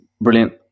brilliant